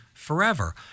forever